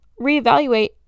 reevaluate